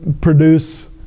produce